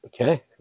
Okay